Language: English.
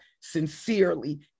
sincerely